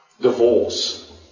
divorce